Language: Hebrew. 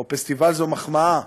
או "פסטיבל" זו מחמאה,